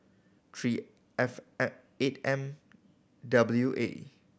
three F eight M W A